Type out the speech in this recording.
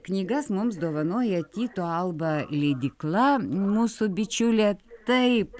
knygas mums dovanoja tyto alba leidykla mūsų bičiulė taip